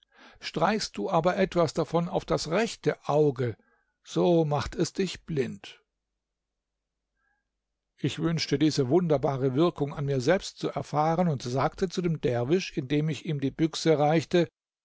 streichst du aber etwas davon auf das rechte auge so macht es dich blind ich wünschte diese wunderbare wirkung an mir selbst zu erfahren und sagte zu dem derwisch indem ich ihm die büchse reichte